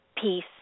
peace